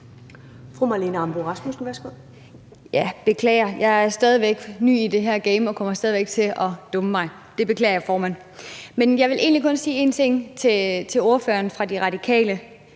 Marlene Ambo-Rasmussen (V): Beklager, jeg er stadig væk ny i det her game og kommer stadig væk til at dumme mig. Det beklager jeg, formand. Men jeg vil egentlig kun sige en ting til ordføreren fra De Radikale: